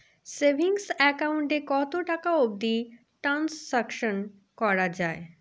Savings account এ কতো টাকা অবধি ট্রানসাকশান করা য়ায়?